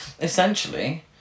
essentially